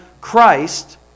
Christ